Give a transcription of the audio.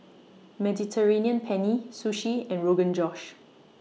Mediterranean Penne Sushi and Rogan Josh